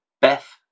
Beth